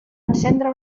encendre